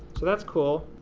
so that's cool.